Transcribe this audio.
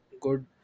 good